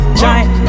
giant